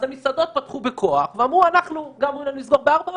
אז המסעדות פתחו בכוח ואמרו להם לסגור בארבע,